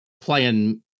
playing